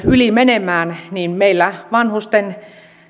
yli menemään niin meillä vanhusten